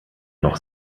noch